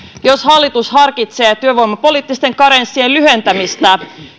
harkitseeko hallitus työvoimapoliittisten karenssien lyhentämistä